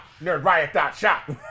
nerdriot.shop